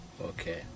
okay